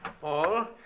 Paul